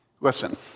Listen